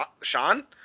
Sean